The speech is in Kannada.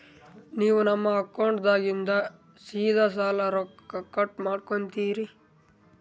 ನೀವು ನಮ್ಮ ಅಕೌಂಟದಾಗಿಂದ ಸೀದಾ ಸಾಲದ ರೊಕ್ಕ ಕಟ್ ಮಾಡ್ಕೋತೀರಿ?